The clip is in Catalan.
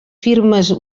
firmes